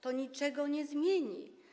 To niczego nie zmieni.